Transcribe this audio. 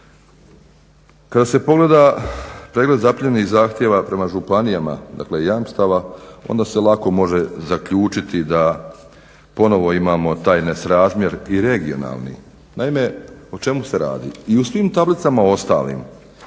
Kada se pogleda pregled zaprimljenih zahtjeva prema županijama dakle jamstava onda se lako može zaključiti da ponovno imamo taj nesrazmjer i regionalni. Naime o čemu se radi? I u svim tablicama ostalim